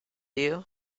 you